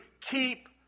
keep